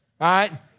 right